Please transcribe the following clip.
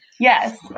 Yes